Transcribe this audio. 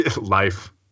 life